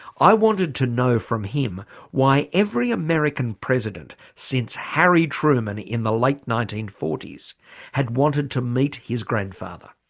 i wanted to know from him why every american president since harry truman in the late nineteen forty s had wanted to meet his grandfather.